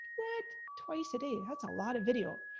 what? twice a day, that's a lot of video.